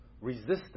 resistance